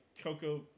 Cocoa